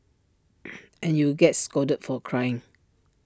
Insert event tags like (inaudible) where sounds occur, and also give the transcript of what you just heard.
(noise) and you would get scolded for crying